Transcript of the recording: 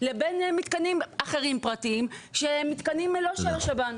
לבין מתקנים אחרים פרטיים שהם מתקנים לא של השב"ן.